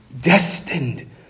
Destined